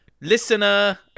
Listener